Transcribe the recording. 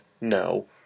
no